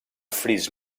fris